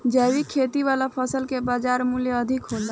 जैविक खेती वाला फसल के बाजार मूल्य अधिक होला